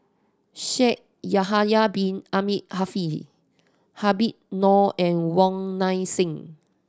Shaikh Yahya Bin Ahmed Afifi Habib Noh and Wong Nai Chin